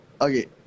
Okay